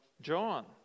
John